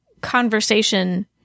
conversation